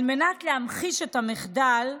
על מנת להמחיש את המחדל,